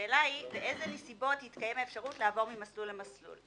השאלה היא באילו נסיבות תתקיים האפשרות לעבור ממסלול למסלול.